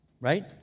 right